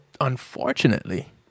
unfortunately